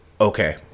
okay